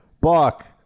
buck